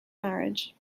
marriage